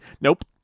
Nope